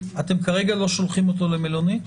אתם כרגע לא שולחים אותו למלונית?